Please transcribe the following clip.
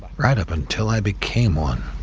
right up until i became one.